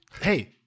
Hey